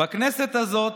"בכנסת הזאת